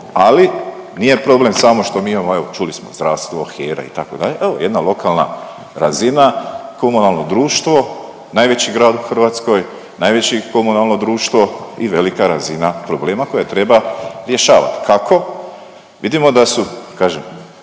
Ali nije problem samo što mi imamo evo čuli smo zdravstvo, HERA itd., evo jedna lokalna razina komunalno društvo, najveći grad u Hrvatskoj, najveće komunalno društvo i velika razina problema koje treba rješavati. Kako? Vidimo da su kažem,